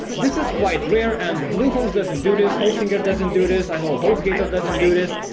this is quite rare and bluehost doesn't do this hostinger doesn't do this i know hostgator doesn't do this.